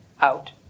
out